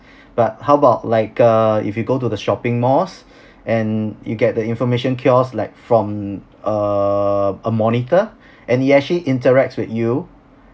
but how about like uh if you go to the shopping malls and you get the information kiosk like from err a monitor and it actually interacts with you